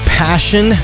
passion